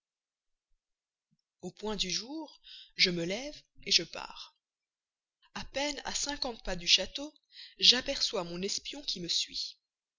au point du jour je me lève je pars a peine à cinquante pas du château j'aperçois mon espion qui me suit